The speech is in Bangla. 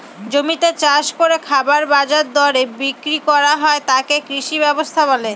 জমিতে চাষ করে খাবার বাজার দরে বিক্রি করা হয় তাকে কৃষি ব্যবস্থা বলে